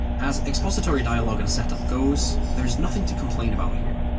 as expository dialogue and set-up goes, there's nothing to complain about here.